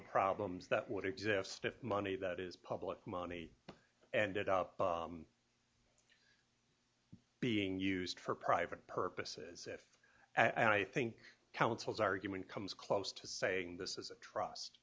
problems that would exist if money that is public money and it up being used for private purposes if and i think councils argument comes close to saying this is a trust